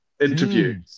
interview